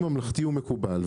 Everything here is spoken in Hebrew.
ממלכתי ומקובל,